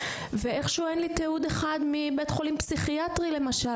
ואיכשהו אין לי תיעוד אחד מבית חולים פסיכיאטרי למשל,